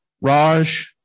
Raj